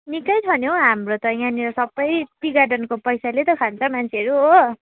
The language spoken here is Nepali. निकै छ नि हो हाम्रो त यहाँनिर सबै टी गार्डनको पैसाले त खान्छ मान्छेहरू हो